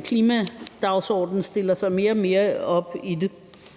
klimadagsordenen lægger mere og mere vægt